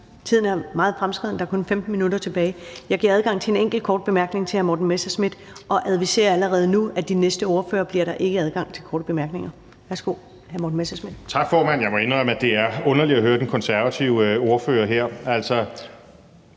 Tiden er meget fremskreden. Der er kun 15 minutter tilbage. Jeg giver adgang til en enkelt kort bemærkning fra hr. Morten Messerschmidt og adviserer allerede nu om, at der ved de næste ordførere ikke bliver adgang til korte bemærkninger. Værsgo, hr. Morten Messerschmidt. Kl. 14:44 Morten Messerschmidt (DF): Tak, formand. Jeg må indrømme, at det er underligt at høre den konservative ordfører her.